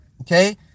Okay